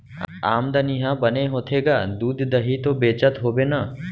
आमदनी ह बने होथे गा, दूद, दही तो बेचत होबे ना?